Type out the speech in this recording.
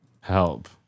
Help